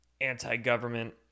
anti-government